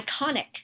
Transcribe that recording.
iconic